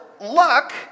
luck